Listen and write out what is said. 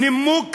נימוק כזה,